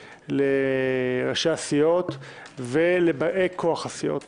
לראשי הסיעות ולבאי כוח הסיעות